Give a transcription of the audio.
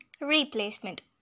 Replacement